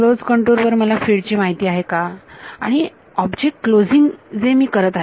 close contour वर मला field ची माहिती आहे का आणि ऑब्जेक्ट क्लोजिंग जे मी करत आहे